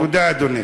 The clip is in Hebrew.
תודה, אדוני.